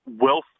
wealth